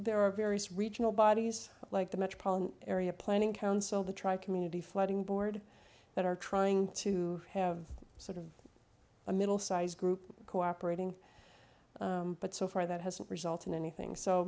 there are various regional bodies like the metropolitan area planning council the tri community flooding board that are trying to have sort of a middle sized group cooperating but so far that hasn't result in anything so